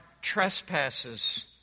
trespasses